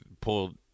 pulled